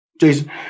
Jason